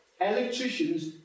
electricians